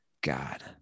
God